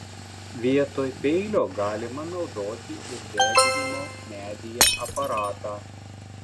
vietoj peilio galima naudoti ir deginimo medyje aparatą